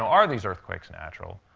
are these earthquakes natural?